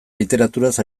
literaturaz